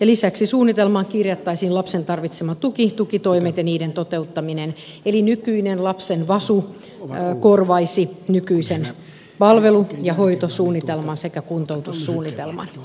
lisäksi suunnitelmaan kirjattaisiin lapsen tarvitsema tuki tukitoimet ja niiden toteuttaminen eli nykyinen lapsen vasu korvaisi nykyisen palvelu ja hoitosuunnitelman sekä kuntoutussuunnitelman